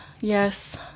yes